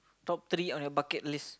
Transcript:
top three on your bucket list